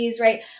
Right